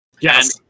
yes